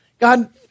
God